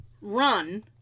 run